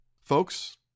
Folks